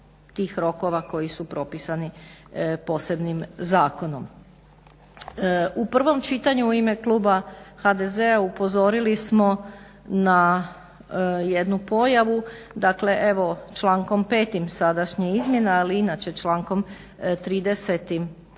tih rokova koji su propisani posebnim zakonom. U prvom čitanju u ime kluba HDZ-a upozorili smo na jednu pojavu. Dakle, evo člankom 5. sadašnjih izmjena, ali i inače člankom 30.